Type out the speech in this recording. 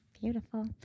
Beautiful